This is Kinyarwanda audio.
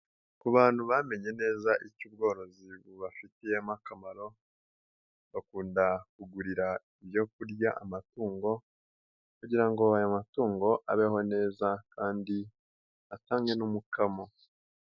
Ku bantu bamenye neza icyo ubworozi bubafitiyemo akamaro bakunda kugurira ibyo kurya amatungo kugira ngo ayo matungo abeho neza kandi atange n'umukamo.